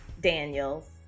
Daniels